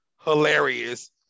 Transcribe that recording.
hilarious